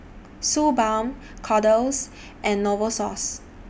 Suu Balm Kordel's and Novosource